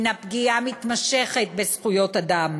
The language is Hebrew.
הנו פגיעה מתמשכת בזכויות אדם,